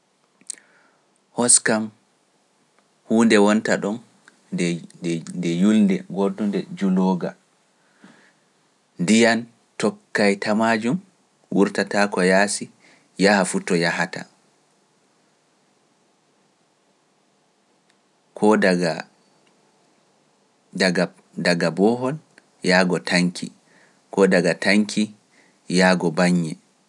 Hos kam huunde wonta nde - nde - nde yulde wooɗunde njulooga, ndiyam tokkay ta maajum, wurtataako yaasi, yaha fuu to yahata, koo daga- daga - daga boohol yahgo tanki koo daga tanki yahgo bannye.